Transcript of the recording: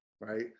right